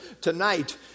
tonight